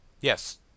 Yes